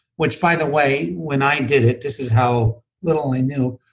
which by the way when i did it, this is how little i knew,